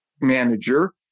manager